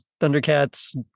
thundercats